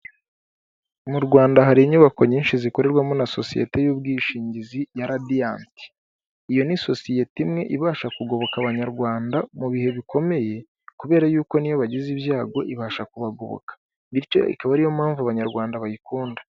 Mu Rwanda hari inyubako nyinshi zikorerwamo na sosiyete y'ubwishingizi ya radiyanti, iyo ni sosiyete imwe ibasha kugoboka abanyarwanda mu bihe bikomeye kubera yuko niyo bagize ibyago ibasha kubagoboka, bityo ikaba ariyo mpamvu abanyarwanda bayikunda.